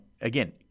again